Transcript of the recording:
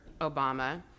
Obama